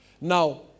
Now